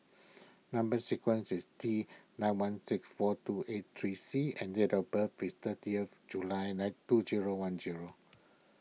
Number Sequence is T nine one six four two eight three C and date of birth is thirtieth July nine two zero one zero